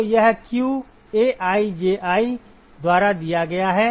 तो यह q AiJi द्वारा दिया गया है